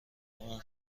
اون